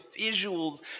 visuals